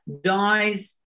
dies